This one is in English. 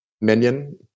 Minion